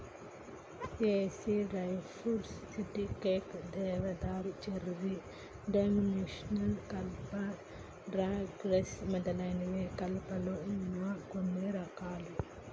ఏసి plywood, CDX, దేవదారు, cherry, dimensional కలప, Douglas మొదలైనవి కలపలో వున్న కొన్ని రకాలు